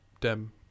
dem